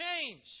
change